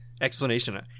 explanation